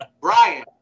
Brian